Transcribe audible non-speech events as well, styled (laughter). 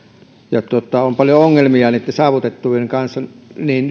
ja on paljon ongelmia niitten saavutettavuuden kanssa niin (unintelligible)